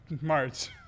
March